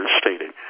stated